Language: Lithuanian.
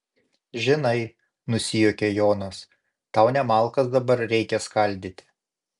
žinai nusijuokia jonas tau ne malkas dabar reikia skaldyti